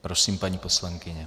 Prosím, paní poslankyně.